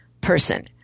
person